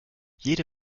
jede